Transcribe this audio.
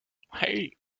hey